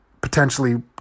potentially